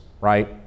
Right